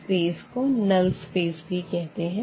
इस स्पेस को null space भी कहते है